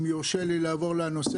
אם יורשה לי לעבור לנושא